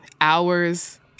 hours